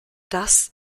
das